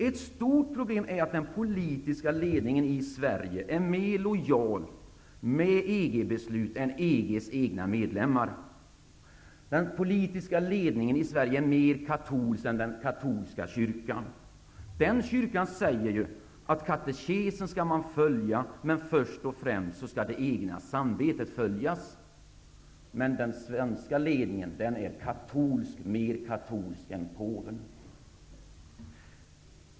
Ett stort problem är att den politiska ledningen i Sverige är mer lojal med EG-beslut än EG:s egna medlemmar. Den politiska ledningen i Sverige är mer katolsk än den katolska kyrkan. Den kyrkan säger ju att man skall följa katekesen, men först och främst skall det egna samvetet följas. Men den svenska ledningen är mer katolsk än påven.